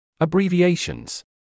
Abbreviations